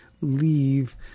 leave